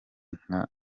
nkaba